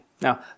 Now